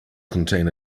contain